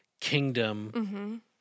kingdom